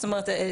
זאת אומרת,